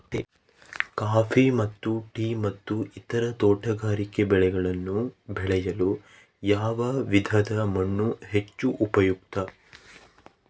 Coffee ಮತ್ತು tea ಮತ್ತು ಇತರ ತೋಟಗಾರಿಕೆ ಬೆಳೆಗಳನ್ನು ಬೆಳೆಯಲು ಯಾವ ವಿಧದ ಮಣ್ಣು ಹೆಚ್ಚು ಉಪಯುಕ್ತ?